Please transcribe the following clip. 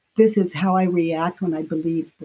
this is how i react when i believe the